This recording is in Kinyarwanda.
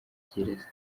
gereza